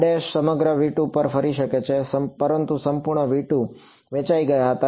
r સમગ્ર V2પર ફરી શકે છે પરંતુ સંપૂર્ણ V2 વહેંચાઈ ગયા હતા